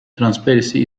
transparency